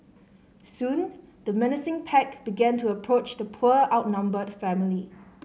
soon the menacing pack began to approach the poor outnumbered family